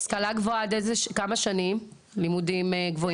השכלה גבוהה, כמה שנים לימודים גבוהים?